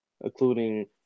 including